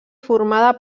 formada